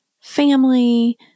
family